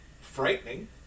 frightening